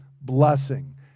blessing